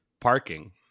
parking